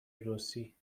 رسی